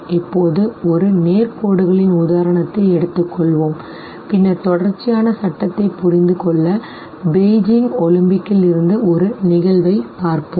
இப்போது ஒரு நேர் கோடுகளின் உதாரணத்தை எடுத்துக்கொள்வோம் பின்னர் தொடர்ச்சியான சட்டத்தைப் புரிந்துகொள்ள பெய்ஜிங் ஒலிம்பிக்கில் இருந்து ஒரு நிகழ்வைப் பார்ப்போம்